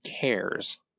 cares